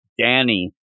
Danny